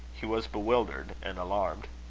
he was bewildered and alarmed.